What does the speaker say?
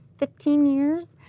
fifteen years,